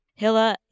Hila